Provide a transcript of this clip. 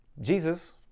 Jesus